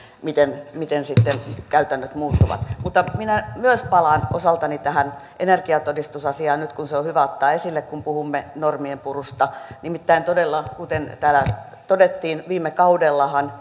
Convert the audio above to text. miten miten sitten käytännöt muuttuvat minä myös palaan osaltani tähän energiatodistusasiaan nyt kun se on hyvä ottaa esille kun puhumme normienpurusta nimittäin todella kuten täällä todettiin viime kaudellahan